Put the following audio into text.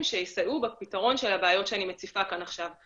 שיסייעו בפתרון של הבעיות שאני מציפה כאן עכשיו.